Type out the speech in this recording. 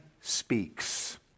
speaks